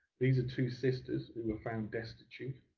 these are two sisters who were found destitute